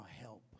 help